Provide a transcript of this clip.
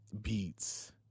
beats